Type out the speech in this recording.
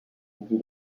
dit